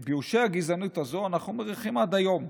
את באושי הגזענות הזו אנחנו מריחים עד היום.